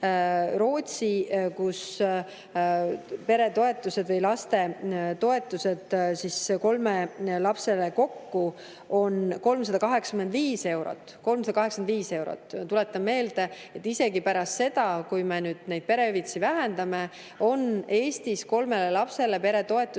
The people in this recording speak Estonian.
Rootsis on peretoetused või lapsetoetused kolmele lapsele kokku 385 eurot. Tuletan meelde, et isegi pärast seda, kui me nüüd neid perehüvitisi vähendame, on Eestis kolme lapse eest